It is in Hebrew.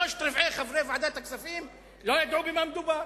שלושת-רבעי חברי ועדת הכספים לא ידעו במה מדובר.